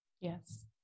Yes